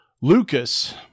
Lucas